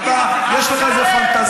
אתה, יש לך איזה פנטזיות.